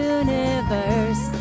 universe